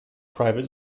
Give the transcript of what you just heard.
private